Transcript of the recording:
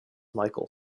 michael